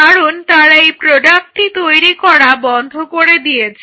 কারণ তারা এই প্রোডাক্টটি তৈরি করা বন্ধ করে দিয়েছে